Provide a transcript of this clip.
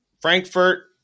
Frankfurt